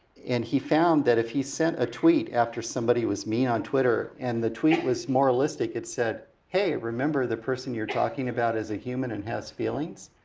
and he found that if he sent a tweet after somebody was mean on twitter, and the tweet was moralistic, it said, hey, remember the person you're talking about is a human and has feelings.